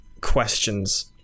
questions